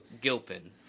Gilpin